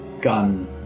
gun